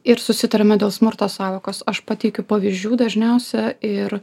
ir susitariame dėl smurto sąvokos aš pateikiu pavyzdžių dažniausia ir